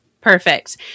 Perfect